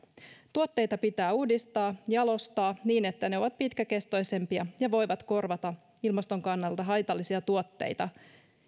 tuotteita pitää uudistaa ja jalostaa niin että ne ovat pitkäkestoisempia ja voivat korvata ilmaston kannalta haitallisia tuotteita